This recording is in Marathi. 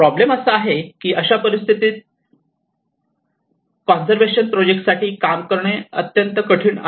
प्रॉब्लेम असा आहे कि अशा परिस्थितीत कॉन्सर्व्हशन प्रोजेक्ट साठी काम करणे अत्यंत कठीण आहे